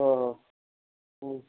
ਹਾਂ